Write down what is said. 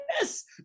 Yes